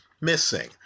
missing